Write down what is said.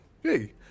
Hey